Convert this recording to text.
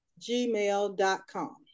gmail.com